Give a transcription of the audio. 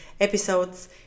episodes